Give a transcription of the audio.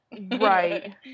Right